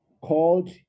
called